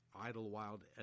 Idlewild –